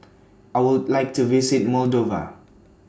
I Would like to visit Moldova